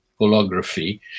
holography